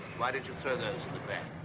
why don't you throw those in the back? ah,